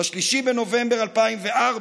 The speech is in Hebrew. ב-3 בנובמבר 2004,